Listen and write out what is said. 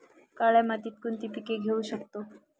काळ्या मातीत कोणती पिके घेऊ शकतो?